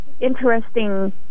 interesting